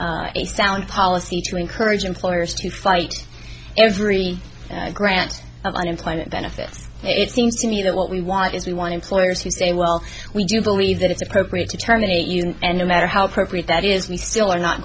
be a sound policy to encourage employers to fight every grant of unemployment benefits it seems to me that what we want is we want employers who say well we do believe that it's appropriate to terminate you and no matter how appropriate that is we still are not